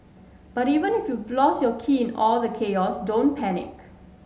but even if you you've lost your key all the chaos don't panic